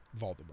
Voldemort